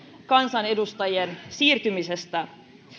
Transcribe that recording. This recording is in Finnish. kansanedustajien siirtymisestä